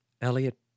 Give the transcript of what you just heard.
Elliot